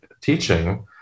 teaching